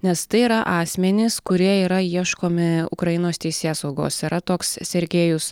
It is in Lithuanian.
nes tai yra asmenys kurie yra ieškomi ukrainos teisėsaugos yra toks sergėjus